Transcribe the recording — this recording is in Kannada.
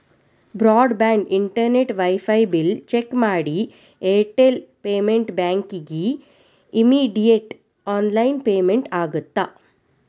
broad band internet wifi bill check ಮಾಡಿ ಏರ್ಟೆಲ್ ಪೇಮೆಂಟ್ ಬ್ಯಾಂಕಿಗಿ ಇಮ್ಮಿಡಿಯೇಟ್ ಆನ್ಲೈನ್ ಪೇಮೆಂಟ್ ಆಗತ್ತಾ